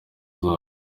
zabo